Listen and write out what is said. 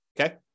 Okay